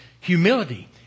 humility